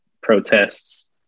protests